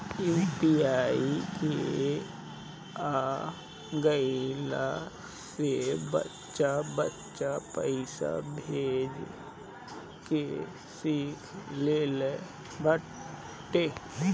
UPI के आ गईला से बच्चा बच्चा पईसा भेजे के सिख लेले बाटे